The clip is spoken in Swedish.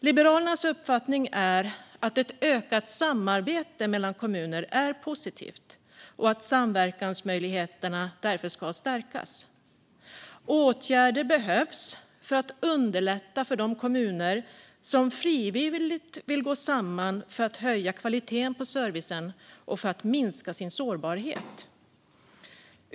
Liberalernas uppfattning är att ett ökat samarbete mellan kommuner är positivt och att samverkansmöjligheterna därför ska stärkas. Åtgärder behövs för att underlätta för de kommuner som frivilligt vill gå samman för att höja kvaliteten på servicen och minska sårbarheten.